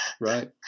Right